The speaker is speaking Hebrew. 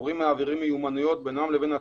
מורים מעבירים מיומנויות בינם לבין עצמם,